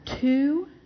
two